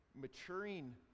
Maturing